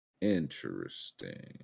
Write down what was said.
interesting